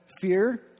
fear